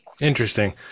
Interesting